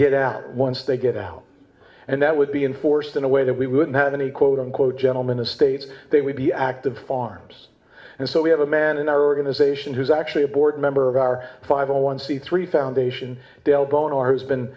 get out once they get it and that would be enforced in a way that we wouldn't have any quote unquote gentleman estates they would be active farms and so we have a man in our organization who's actually a board member of our five hundred one c three foundation tailbone our has been